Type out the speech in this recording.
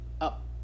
up